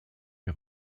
est